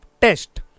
test